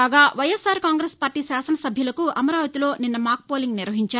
కాగా YSR Congress party శాసన సభ్యులకు అమరావతిలో నిన్న మాక్ పోలింగ్ నిర్వహించారు